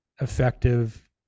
effective